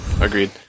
Agreed